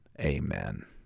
amen